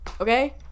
Okay